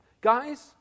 Guys